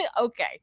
okay